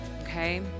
Okay